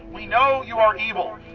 we know you are evil.